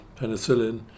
penicillin